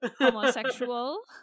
Homosexual